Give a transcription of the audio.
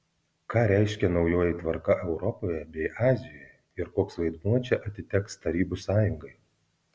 ką reiškia naujoji tvarka europoje bei azijoje ir koks vaidmuo čia atiteks tarybų sąjungai